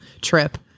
trip